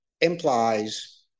implies